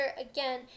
again